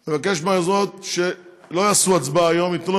כי אתה מסוכן